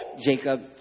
Jacob